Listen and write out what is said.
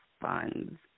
funds